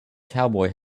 cowboy